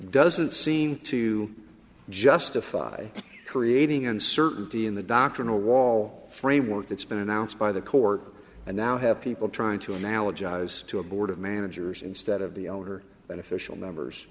doesn't seem to justify creating uncertainty in the doctrinal wall framework that's been announced by the court and now have people trying to analogize to a board of managers instead of the owner an official numbers